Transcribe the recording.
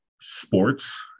sports